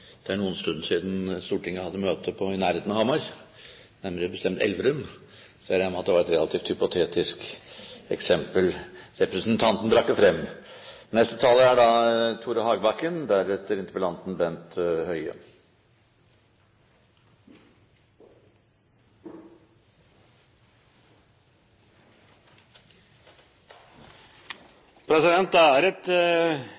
det er noen stund siden Stortinget hadde møte i nærheten av Hamar, nærmere bestemt Elverum. Så presidenten regner med at det var et relativt hypotetisk eksempel representanten brakte frem. Det er